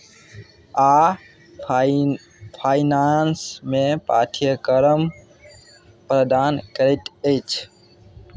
आ फाइ फाइनांसमे पाठ्यक्रम प्रदान करैत अछि